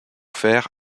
faire